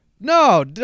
no